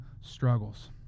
struggles